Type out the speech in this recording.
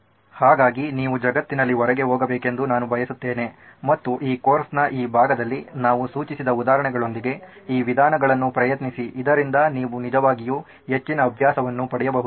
ಹಾಗಾಗಿ ನೀವು ಜಗತ್ತಿನಲ್ಲಿ ಹೊರಗೆ ಹೋಗಬೇಕೆಂದು ನಾನು ಬಯಸುತ್ತೇನೆ ಮತ್ತು ಈ ಕೋರ್ಸ್ನ ಈ ಭಾಗದಲ್ಲಿ ನಾವು ಸೂಚಿಸಿದ ಉದಾಹರಣೆಗಳೊಂದಿಗೆ ಈ ವಿಧಾನಗಳನ್ನು ಪ್ರಯತ್ನಿಸಿ ಇದರಿಂದ ನೀವು ನಿಜವಾಗಿಯೂ ಹೆಚ್ಚಿನ ಅಭ್ಯಾಸವನ್ನು ಪಡೆಯಬಹುದು